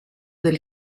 del